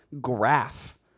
graph